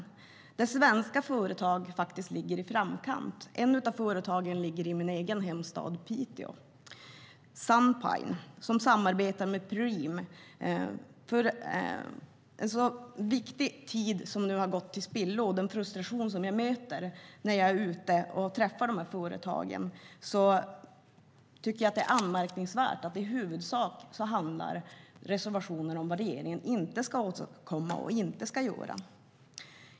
Där ligger svenska företag i framkant. Ett av företagen, Sun Pine, ligger i min hemstad Piteå och samarbetar med Preem. Viktig tid har gått till spillo, och jag märker den frustration som finns när jag är ute och besöker företagen. Därför tycker jag att det är anmärkningsvärt att reservationen i huvudsak handlar om vad regeringen inte ska åstadkomma och inte ska göra.